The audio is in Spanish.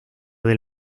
del